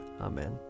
Amen